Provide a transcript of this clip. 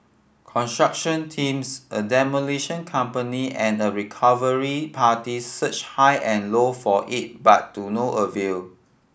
construction teams a demolition company and a recovery parties searched high and low for it but do no avail